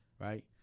right